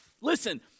Listen